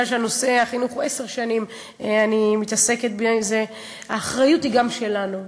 כבר עשר שנים אני מתעסקת בזה: האחריות היא גם שלנו.